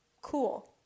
cool